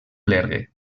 clergue